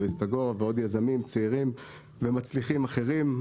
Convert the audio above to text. מאריסטגורה ועוד יזמים צעירים ומצליחים אחרים,